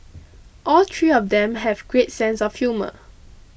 all tree of them have great sense of humour